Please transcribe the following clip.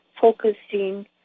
focusing